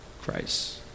Christ